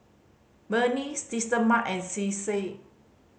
Burnie Systema and Cesar